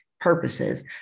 purposes